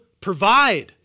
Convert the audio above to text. provide